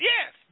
Yes